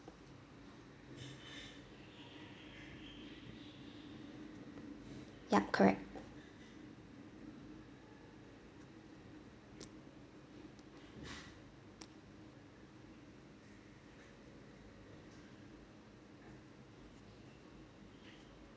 yup correct